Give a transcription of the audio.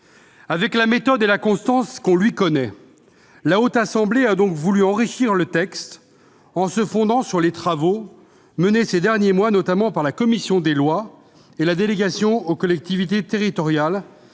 Avec la méthode et la constance qu'on lui connaît, la Haute Assemblée a donc voulu enrichir le texte en se fondant sur les travaux menés ces derniers mois notamment par la commission des lois et la délégation aux collectivités territoriales,